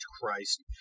Christ